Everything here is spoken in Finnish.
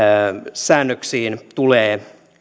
säännöksiin tulee